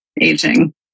aging